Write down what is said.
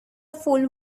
fool